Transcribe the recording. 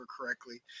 correctly